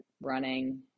running